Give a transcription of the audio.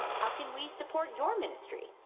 how can we support your ministry?